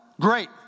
Great